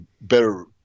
better